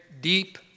deep